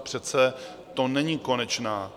Přece to není konečná.